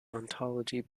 ontology